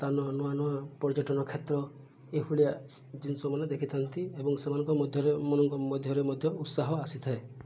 ସ୍ଥାନ ନୂଆ ନୂଆ ପର୍ଯ୍ୟଟନ କ୍ଷେତ୍ର ଏଭଳିଆ ଜିନିଷମାନେ ଦେଖିଥାନ୍ତି ଏବଂ ସେମାନଙ୍କ ମଧ୍ୟରେ ମଧ୍ୟରେ ମଧ୍ୟ ଉତ୍ସାହ ଆସିଥାଏ